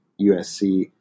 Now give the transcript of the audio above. USC